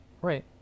right